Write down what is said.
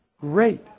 great